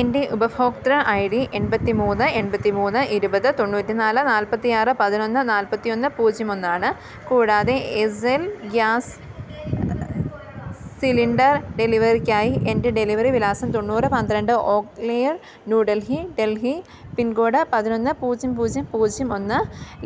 എൻ്റെ ഉപഭോക്തൃ I D എൺപത്തിമൂന്ന് എൺപത്തിമൂന്ന് ഇരുപത് തൊണ്ണൂറ്റിനാല് നാല്പത്തിയാറ് പതിനൊന്ന് നാൽപ്പത്തിയൊന്ന് പൂജ്യം ഒന്നാണ് കൂടാതെ എസൽ ഗ്യാസ് സിലിണ്ടർ ഡെലിവറിക്കായി എൻ്റെ ഡെലിവറി വിലാസം തൊണ്ണൂറ് പന്ത്രണ്ട് ഓക്ലെയ്ർ ന്യൂ ഡൽഹി ഡൽഹി പിൻകോഡ് പതിനൊന്ന് പൂജ്യം പൂജ്യം പൂജ്യം ഒന്ന്